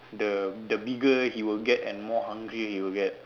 the the bigger he will get and more hungry he will get